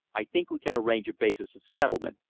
i think we can arrange a basis of settlement,